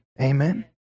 amen